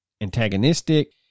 antagonistic